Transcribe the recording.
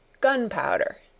Gunpowder